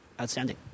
Outstanding